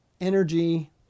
energy